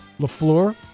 LaFleur